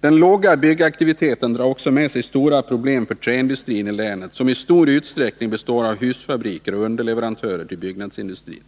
Den låga byggaktiviteten drar också med sig stora problem för träindustrin i länet, som i stor utsträckning består av husfabriker och underleverantörer till byggnadsindustrin.